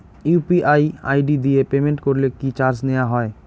UPI ID দিয়ে payment করলে কি চার্জ নেয়া হয়?